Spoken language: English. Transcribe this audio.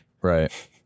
Right